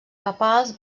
papals